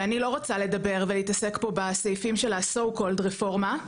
ואני לא רוצה לדבר ולהתעסק פה בסעיפים של הסו-קולד רפורמה,